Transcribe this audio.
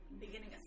beginning